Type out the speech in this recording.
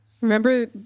Remember